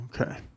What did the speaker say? Okay